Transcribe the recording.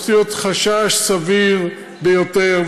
צריך להיות חשש סביר ביותר,